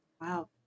Wow